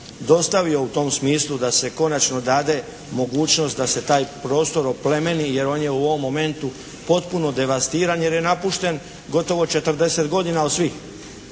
dostavio u tom smislu da se konačno dade mogućnost da se taj prostor oplemeni, jer on je u ovome momentu potpuno devastiran jer je napušten gotovo 40 godina od svih.